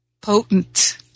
potent